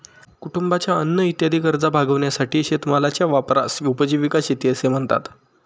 कुटुंबाच्या अन्न इत्यादी गरजा भागविण्यासाठी शेतीमालाच्या वापरास उपजीविका शेती असे म्हणतात